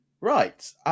right